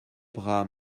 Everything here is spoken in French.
bras